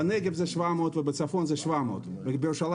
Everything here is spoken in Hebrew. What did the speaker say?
בנגב זה 700 ובצפון זה 700. בירושלים